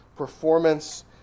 performance